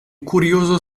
curioso